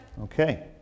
Okay